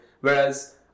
Whereas